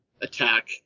attack